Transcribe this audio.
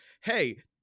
hey